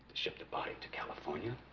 ship the body to california